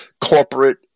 corporate